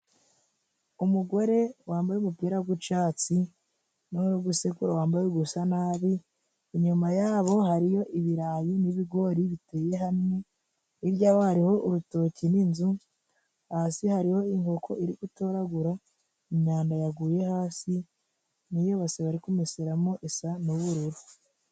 Umugore wambaye ubupira gw'icyatsi n'urigusekuru wambaye ugusa nabi, inyuma yabo hariyo ibirayi n'ibigori biteye hamwe ,hiryaho hari urutoki n'inzu, hasi hariho inkoko iri gutoragura imyanda yaguye hasi niyobase bari kumeseramo isa n'ubururu.